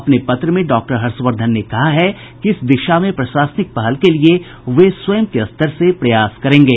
अपने पत्र में डॉक्टर हर्षवर्धन ने कहा है कि इस दिशा में प्रशासनिक पहल के लिए वे स्वयं के स्तर से प्रयास करेंगे